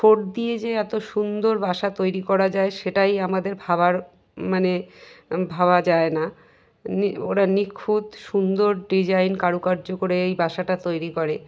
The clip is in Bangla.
ঠোঁট দিয়ে যে এত সুন্দর বাসা তৈরি করা যায় সেটাই আমাদের ভাবার মানে ভাবা যায় না ওরা নিখুঁত সুন্দর ডিজাইন কারুকার্য করে এই বাসাটা তৈরি করে